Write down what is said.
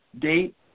date